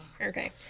Okay